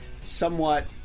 somewhat